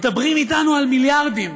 מדברים איתנו על מיליארדים,